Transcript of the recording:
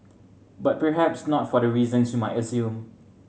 but perhaps not for the reasons you might assume